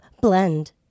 Blend